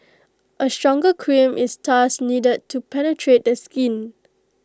A stronger cream is thus needed to penetrate the skin